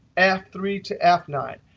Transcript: f three to f nine.